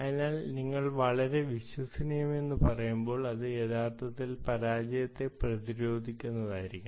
അതിനാൽ നിങ്ങൾ വളരെ വിശ്വസനീയമെന്ന് പറയുമ്പോൾ അത് യഥാർത്ഥത്തിൽ പരാജയത്തെ പ്രതിരോധിക്കുന്നതായിരിക്കണം